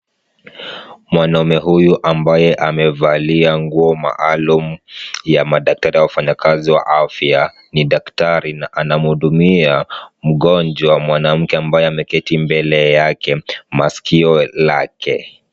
Mwanaume huyu ambaye amevalia nguo maalum ya madaktari au wafanyikazi wa afya ni daktari na anamhudumia mgonjwa mwanamke ambaye ameketi mbele yake masikio lake.